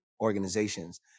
organizations